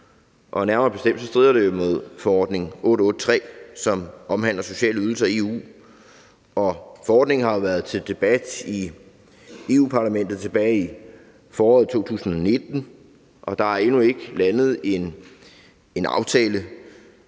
Nærmere bestemt strider det imod forordning 883, som omhandler sociale ydelser i EU. Forordningen har jo været til debat i Europa-Parlamentet tilbage i foråret 2019, og der er endnu ikke landet en aftale